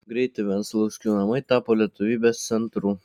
greitai venclauskių namai tapo lietuvybės centru